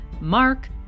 Mark